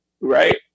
Right